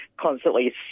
constantly